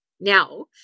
Now